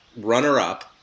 runner-up